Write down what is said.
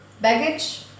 baggage